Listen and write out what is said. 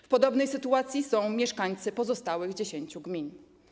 W podobnej sytuacji są mieszkańcy pozostałych 10 gmin.